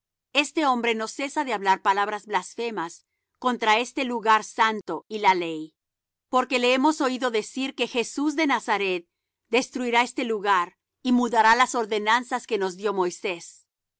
este hombre no cesa de hablar palabras blasfemas contra este lugar santo y la ley porque le hemos oído decir que jesús de nazaret destruirá este lugar y mudará las ordenanzas que nos dió moisés